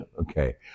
Okay